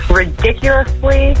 ridiculously